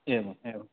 एवम् एवम्